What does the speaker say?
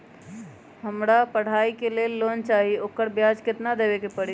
हमरा पढ़ाई के लेल लोन चाहि, ओकर ब्याज केतना दबे के परी?